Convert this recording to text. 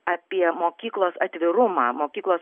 apie mokyklos atvirumą mokyklos